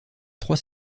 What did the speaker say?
trois